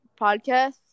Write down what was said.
podcast